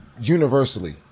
universally